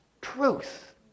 truth